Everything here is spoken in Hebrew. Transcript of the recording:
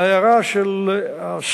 להערה על הסולר,